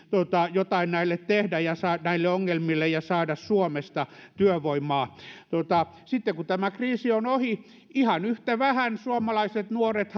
jotain tehdä näille ongelmille ja saada suomesta työvoimaa kun sitten kun tämä kriisi on ohi ihan yhtä vähän suomalaiset nuoret